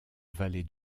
vallée